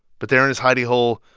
but there in his hidey-hole,